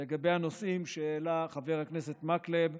לגבי הנושאים שהעלה חבר הכנסת מקלב,